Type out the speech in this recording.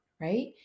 right